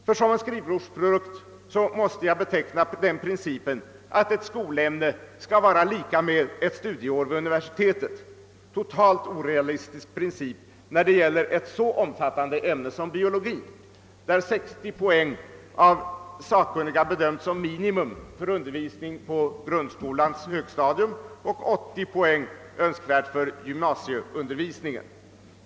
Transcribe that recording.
Som en sådan skrivbordsprodukt måste jag beteckna den principen att ett skolämne skall motsvara ett studieår vid universitetet — en fullständigt orealistisk princip när det gäller ett så omfattande ämne som biologi där 60 poäng av sakkunniga bedömts som minimum för undervisning på grundskolans högstadium och 80 poäng önskvärt för gymnasieundervisning.